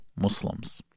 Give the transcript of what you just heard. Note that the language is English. Muslims